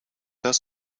does